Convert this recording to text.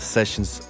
Sessions